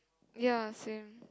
ya same